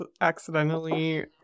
accidentally